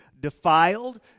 defiled